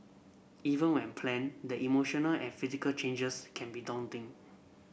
even when planned the emotional and physical changes can be daunting